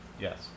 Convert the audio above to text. Yes